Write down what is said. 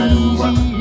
easy